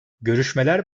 görüşmeler